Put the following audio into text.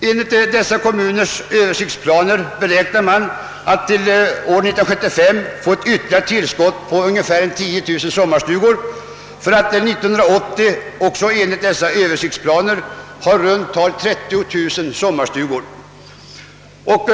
Enligt sina översiktsplaner beräknar dessa kommuner att till år 1975 få ett ytterligare tillskott av ungefär 10 000 fritidsstugor för att år 1980 ha i runt tal 30 000 sommarstugor.